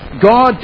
God